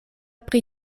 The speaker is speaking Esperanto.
pri